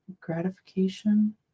gratification